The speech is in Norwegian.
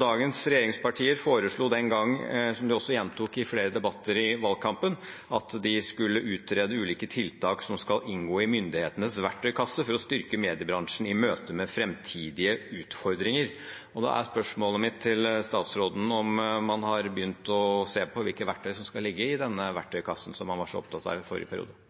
Dagens regjeringspartier foreslo den gang, og som de også gjentok i flere debatter i valgkampen, at de skulle utrede ulike tiltak som skal inngå i myndighetenes verktøykasse for å styrke mediebransjen i møte med framtidige utfordringer. Da er spørsmålet mitt til statsråden: Har man begynt å se på hvilke verktøy som skal ligge i denne verktøykassen, som man var så opptatt av i forrige periode?